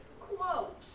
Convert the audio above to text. Quote